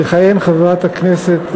תכהן חברת הכנסת,